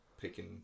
picking